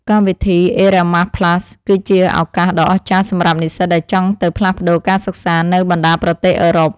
កម្មវិធីអេរ៉ាម៉ាស់ផ្លាស់ (Erasmus+) គឺជាឱកាសដ៏អស្ចារ្យសម្រាប់និស្សិតដែលចង់ទៅផ្លាស់ប្តូរការសិក្សានៅបណ្តាប្រទេសអឺរ៉ុប។